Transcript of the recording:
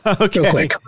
Okay